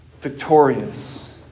victorious